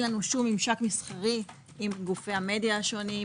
אין לנו שום ממשק מסחרי עם גופי המדיה השונים,